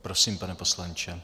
Prosím, pane poslanče.